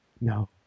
No